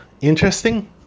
interesting